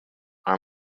are